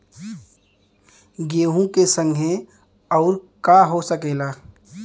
गेहूँ के संगे अउर का का हो सकेला?